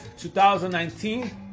2019